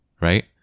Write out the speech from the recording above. right